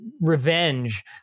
revenge